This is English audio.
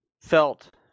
felt